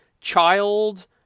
child